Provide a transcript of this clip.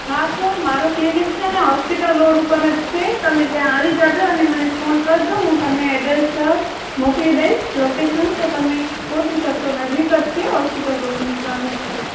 હા તો મારુંક્લિનિક છે ને હૉસ્પિટલ રોડ ઉપર જ છે તમે ત્યાં આવી જજો અને મને ફોન કરજો હું તમને અડ્રેસ મોકલી દઈશ લોકેશન તો તમે અહિંયા પહોંચી શકશો નજીક જ છે હૉસ્પિટલ રોડની સામે જ છે